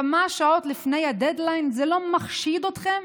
כמה שעות לפני הדדליין, זה לא מחשיד אתכם?